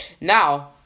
Now